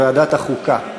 לדיון מוקדם בוועדת החוקה,